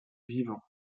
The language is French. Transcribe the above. vivants